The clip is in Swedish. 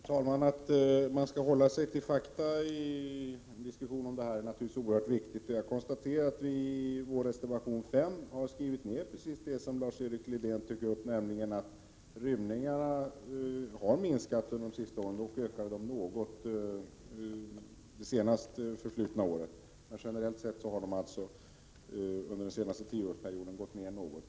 Herr talman! Att hålla sig till fakta i en diskussion om dessa frågor är naturligtvis oerhört viktigt. Jag konstaterar att vi i den moderata reservationen 5 har skrivit ner just det som Lars-Erik Lövdén tog upp, nämligen att antalet rymningar generellt sett har minskat under den senaste tioårsperioden. Dock ökade antalet något under det senast förflutna året.